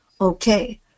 Okay